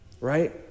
right